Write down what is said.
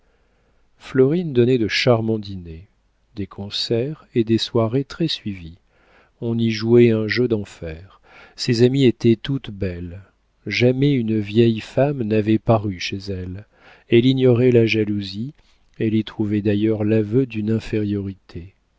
florine donnait de charmants dîners des concerts et des soirées très suivis on y jouait un jeu d'enfer ses amies étaient toutes belles jamais une vieille femme n'avait paru chez elle elle ignorait la jalousie elle y trouvait d'ailleurs l'aveu d'une infériorité